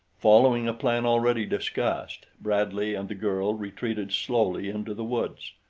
following a plan already discussed bradley and the girl retreated slowly into the woods.